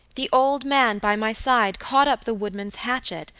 the old man by my side caught up the woodman's hatchet,